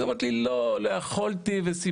אז היא אומרת לי, לא, לא יכולתי וסיפורים,